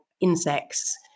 insects